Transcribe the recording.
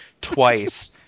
twice